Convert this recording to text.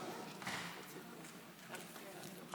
תפדל.